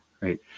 right